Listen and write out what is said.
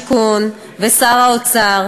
והשיכון ושר האוצר: